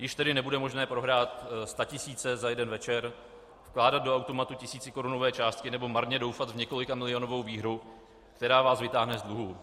Již tedy nebude možné prohrát statisíce za jeden večer, vkládat do automatu tisícikorunové částky nebo marně doufat v několikamilionovou výhru, která vás vytáhne z dluhů.